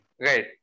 Right